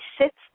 sits